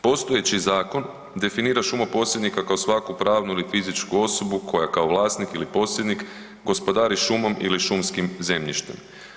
Postojeći zakon definira šumoposjednika kao svaku pravnu ili fizičku osobu koja kao vlasnik ili posjednik gospodari šumom ili šumskim zemljištem.